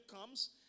comes